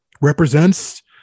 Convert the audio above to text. represents